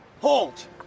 Halt